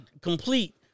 complete